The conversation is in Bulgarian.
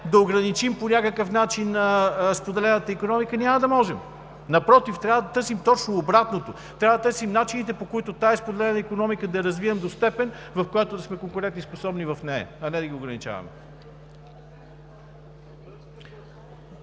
да ограничим по някакъв начин споделената икономика, но няма да можем. Напротив трябва да търсим точно обратното, трябва да търсим начините, по които тази споделена икономика да я развием до степен, в която да сме конкурентоспособни, а не да ги ограничаваме.